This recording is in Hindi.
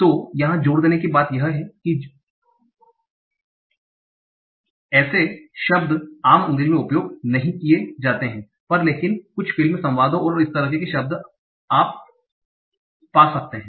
तो यहा जोर देने की बात यह है कि जो एसे शब्द आम अंग्रेजी में उपयोग नहीं किया जाते है पर लेकिन कुछ फिल्म संवादों और इस तरह के शब्द आ सकते हैं